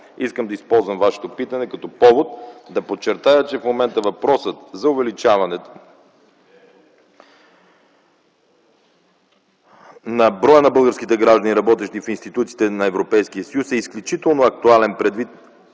Искам да използвам Вашето питане като повод да подчертая, че в момента въпросът за увеличаване на броя на българските граждани, работещи в институциите на Европейския съюз, е изключително актуален, предвид